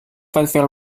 provide